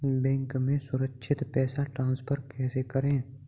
Bank से सुरक्षित पैसे ट्रांसफर कैसे करें?